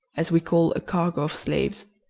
as we call a cargo of slaves.